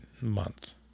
month